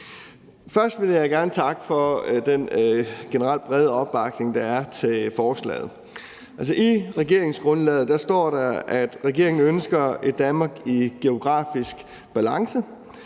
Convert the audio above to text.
Først vil jeg gerne takke for den generelt brede opbakning, der er til forslaget. I regeringsgrundlaget står der, at regeringen ønsker et Danmark i geografisk balance.